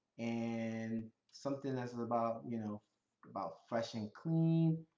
and something that's um about you know about fresh and clean,